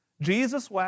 Jesus